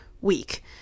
week